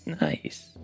Nice